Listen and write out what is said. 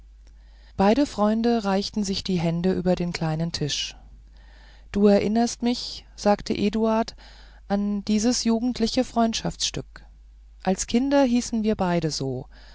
beide freunde reichten sich die hände über den kleinen tisch du erinnerst mich sagte eduard an dieses jugendliche freundschaftsstück als kinder hießen wir beide so